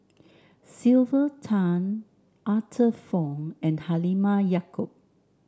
Sylvia Tan Arthur Fong and Halimah Yacob